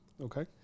Okay